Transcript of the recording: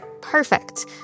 Perfect